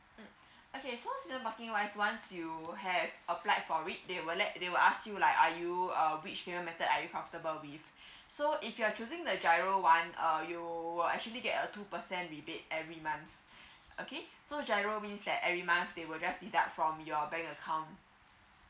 okay so season parking wise once you have applied for it they will let they will ask you like are you uh which payment method are you comfortable with so if you're choosing the giro one uh you will actually get a two percent rebate every month okay so giro means that every month they will just deduct from your bank account